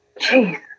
Jeez